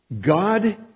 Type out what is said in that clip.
God